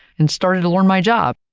and started to learn my job.